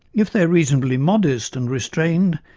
if they are reasonably modest and restrained,